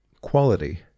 quality